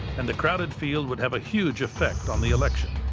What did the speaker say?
and the crowded field would have a huge effect on the election.